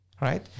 Right